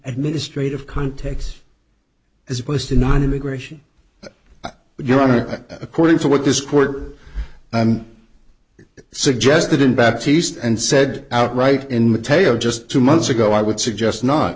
administrative context as opposed to not immigration you're on it according to what this court and suggested in back to east and said out right in the tail just two months ago i would suggest not